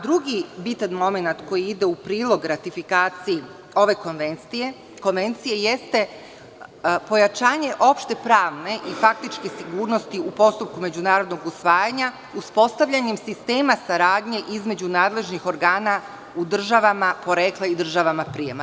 Drugi bitan momenat koji ide u prilog ratifikaciji ove konvencije jeste pojačanje opšte pravne i faktičke sigurnosti u postupku međunarodnog usvajanja uspostavljanjem sistema saradnje između nadležnih organa u državama porekla i državama prijema.